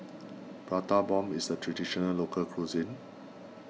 Prata Bomb is a Traditional Local Cuisine